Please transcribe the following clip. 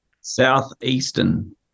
southeastern